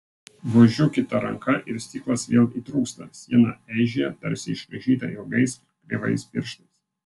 vožiu kita ranka ir stiklas vėl įtrūksta siena eižėja tarsi išraižyta ilgais kreivais pirštais